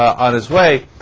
on his way